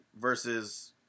versus